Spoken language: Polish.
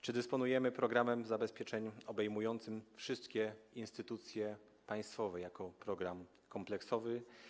Czy dysponujemy programem zabezpieczeń obejmującym wszystkie instytucje państwowe, programem kompleksowym?